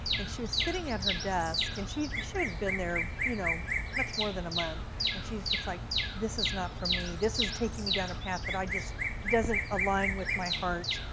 and she was sitting at her desk and she she hadn't been there you know much more than a month. and she's just like this is not for me, this is taking me down a path that just doesn't align with my heart.